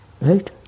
Right